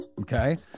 Okay